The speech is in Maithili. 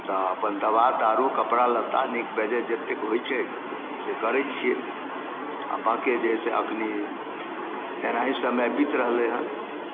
तऽ अपन दवा दारू कपड़ा लत्ता नीक बेजाए जतेक होइ छै से करै छियै आ बाँकी जे छै अखनी एनाही समय बीत रहलै हन